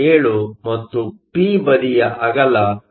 7 ಮತ್ತು ಪಿ ಬದಿಯ ಅಗಲ 10